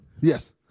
Yes